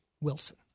Wilson